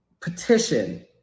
petition